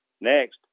Next